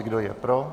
Kdo je pro?